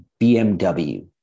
BMW